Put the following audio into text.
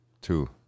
Two